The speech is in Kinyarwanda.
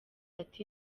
ati